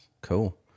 Cool